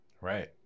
Right